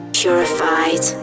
purified